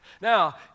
Now